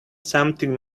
something